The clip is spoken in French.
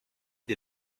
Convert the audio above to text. des